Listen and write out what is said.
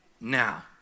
now